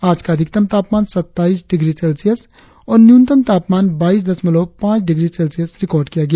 आज का अधिकतम तापमान सत्ताईस डिग्री सेल्सियस और न्यूनतम तापमान बाईस दशमलव पांच डिग्री सेल्सियस रिकार्ड किया गया